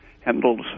handles